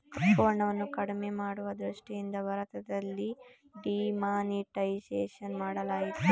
ಕಪ್ಪುಹಣವನ್ನು ಕಡಿಮೆ ಮಾಡುವ ದೃಷ್ಟಿಯಿಂದ ಭಾರತದಲ್ಲಿ ಡಿಮಾನಿಟೈಸೇಷನ್ ಮಾಡಲಾಯಿತು